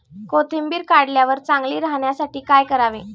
कोथिंबीर काढल्यावर चांगली राहण्यासाठी काय करावे?